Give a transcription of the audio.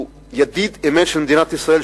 שהוא ידיד אמת של מדינת ישראל,